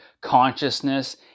consciousness